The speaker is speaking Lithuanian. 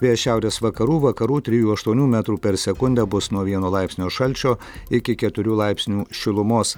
vėjas šiaurės vakarų vakarų trijų aštuonių metrų per sekundę bus nuo vieno laipsnio šalčio iki keturių laipsnių šilumos